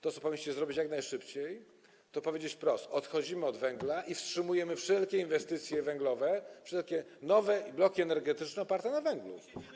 To, co powinniście zrobić jak najszybciej, to powiedzieć wprost: odchodzimy od węgla i wstrzymujemy wszelkie inwestycje węglowe, wszelkie nowe bloki energetyczne oparte na węglu.